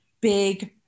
big